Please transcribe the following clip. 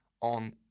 on